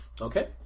Okay